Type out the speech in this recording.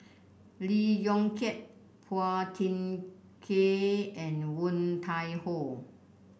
Lee Yong Kiat Phua Thin Kiay and Woon Tai Ho